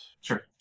sure